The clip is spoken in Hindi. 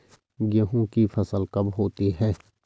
गेहूँ की फसल कब होती है?